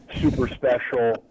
super-special